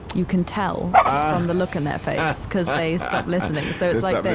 you can tell um the look on their face because they stop listening. so it's like.